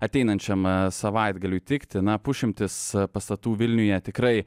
ateinančiam savaitgaliui tikti na pusšimtis pastatų vilniuje tikrai